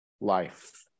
life